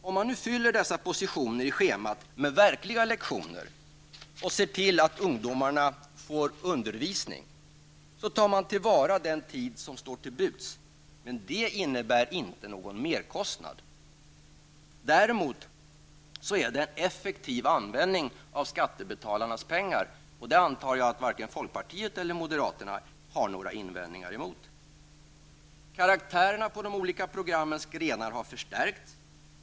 Om man nu fyller ut dessa positioner på schemat med verkliga lektioner och ser till att ungdomarna får undervisning, tar man till vara den tid som står till buds. Men det innebär inte någon merkostnad. Däremot innebär det en effektivt användning av skattebetalarnas pengar. Det antar jag att varken folkpartiet eller moderaterna har någonting att invända emot. Karaktärerna på de olika programmens grenar har förstärkts.